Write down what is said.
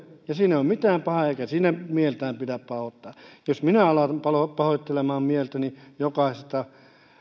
ja siinä ei ole mitään pahaa eikä siinä mieltään pidä pahoittaa jos minä alan pahoittaa mieltäni jokaisesta